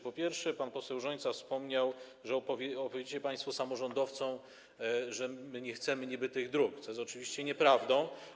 Po pierwsze, pan poseł Rzońca wspomniał, że opowiadacie państwo samorządowcom, że my niby nie chcemy tych dróg, co jest oczywiście nieprawdą.